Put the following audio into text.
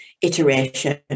iteration